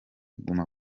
guma